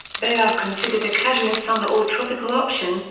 they are considered a casual summer or tropical option,